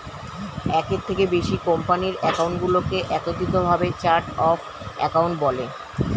একের থেকে বেশি কোম্পানির অ্যাকাউন্টগুলোকে একত্রিত ভাবে চার্ট অফ অ্যাকাউন্ট বলে